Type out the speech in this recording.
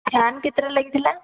fan କେତେଟା ଲାଗିଥିଲା